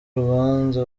rubanza